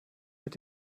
mit